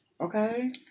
Okay